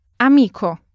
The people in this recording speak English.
Amico